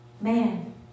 man